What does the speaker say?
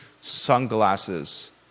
sunglasses